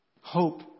Hope